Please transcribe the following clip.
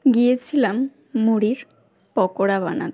গিয়েছিলাম মুড়ির পকোড়া বানাতে